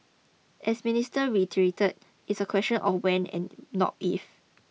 as Minister reiterated it's a question of when and not if